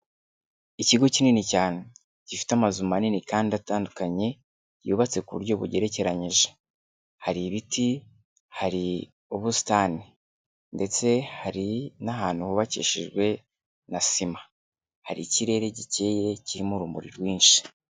Ikigo kinini cyane gifite amazu manini kandi atandukanye, yubatse ku buryo bugerekeranyije. Hari ibiti, hari ubusitani, ndetse hari n'ahantu hubakishijwe na sima. Hari ikirere gikeye kirimo urumuri rwinshi